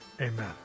amen